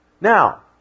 Now